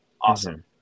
awesome